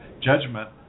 judgment